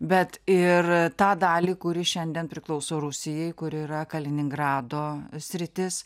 bet ir tą dalį kuri šiandien priklauso rusijai kuri yra kaliningrado sritis